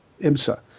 IMSA